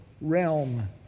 realm